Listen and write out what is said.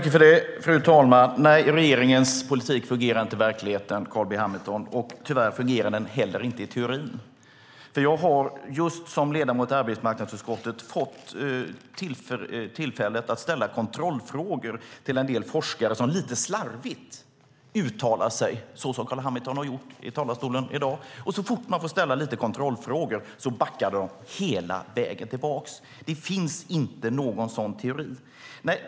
Fru talman! Nej, regeringens politik fungerar inte i verkligheten, Carl B Hamilton. Tyvärr fungerar den inte heller i teorin. Jag har just som ledamot i arbetsmarknadsutskottet fått tillfälle att ställa kontrollfrågor till en del forskare, som lite slarvigt uttalar sig som Carl B Hamilton har gjort i talarstolen i dag. Så fort man får ställa lite kontrollfrågor backar de hela vägen tillbaka. Det finns inte någon sådan teori.